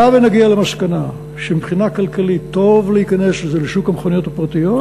היה ונגיע למסקנה שמבחינה כלכלית טוב להיכנס לזה בשוק המכוניות הפרטיות,